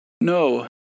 no